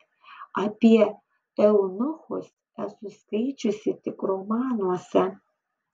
apie eunuchus esu skaičiusi tik romanuose